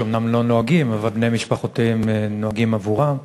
שאומנם לא נוהגים אבל בני משפחותיהם נוהגים עבורם.